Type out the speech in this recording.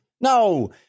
No